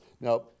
Now